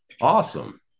Awesome